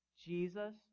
Jesus